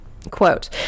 Quote